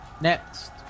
next